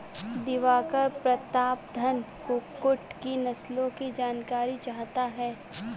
दिवाकर प्रतापधन कुक्कुट की नस्लों की जानकारी चाहता है